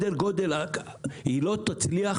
היא לא תצליח